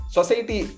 Society